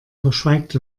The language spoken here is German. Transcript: verschweigt